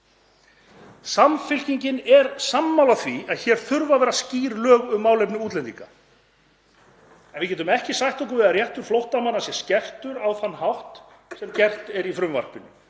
Samfylkingin er sammála því að hér þurfi að vera skýr lög um málefni útlendinga. En við getum ekki sætt okkur við að réttur flóttamanna sé skertur á þann hátt sem gert er í frumvarpinu